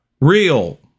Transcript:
real